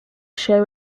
show